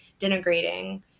denigrating